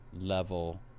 level